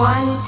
One